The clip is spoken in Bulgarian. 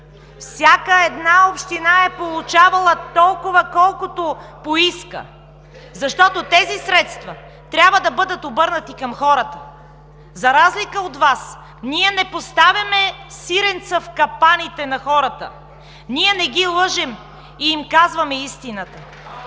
Всяка една община е получавала толкова, колкото поиска (смях и шум от БСП ЛБ), защото тези средства трябва да бъдат обърнати към хората! За разлика от Вас ние не поставяме „сиренца в капаните“ на хората, не ги лъжем и им казваме истината.